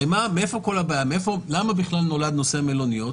הרי למה בכלל נולד נושא המלוניות?